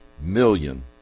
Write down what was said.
million